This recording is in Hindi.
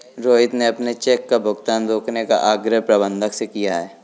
रोहित ने अपने चेक का भुगतान रोकने का आग्रह प्रबंधक से किया है